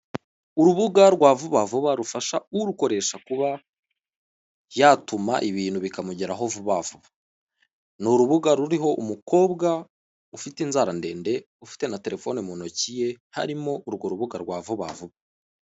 Urubuga rwa vuba vuba rufasha urukoresha kuba yatuma ibintu bikamugeraho vuba vuba, ni urubuga ruriho umukobwa ufite inzara ndende, ufite na telefoni mu ntoki ye harimo urwo rubuga rwa vuba vuba.